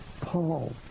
Paul